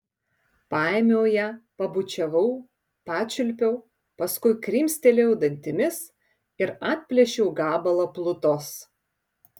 paėmiau ją pabučiavau pačiulpiau paskui krimstelėjau dantimis ir atplėšiau gabalą plutos